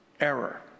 Error